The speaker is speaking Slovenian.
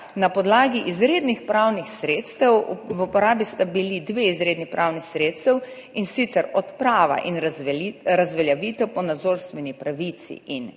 na podlagi izrednih pravnih sredstev, v uporabi sta bili dve izredni pravni sredstvi, in sicer odprava in razveljavitev po nadzorstveni pravici in